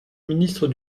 ministre